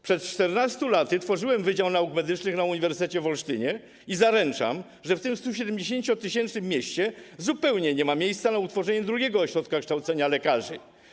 Przed 14 laty tworzyłem wydział nauk medycznych na uniwersytecie w Olsztynie i zaręczam, że w tym 170 tys. mieście zupełnie nie ma miejsca na utworzenie drugiego ośrodka kształcenia lekarzy.